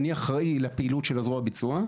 אני אחראי לפעילות של הזרוע ביצוע.